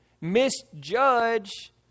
misjudge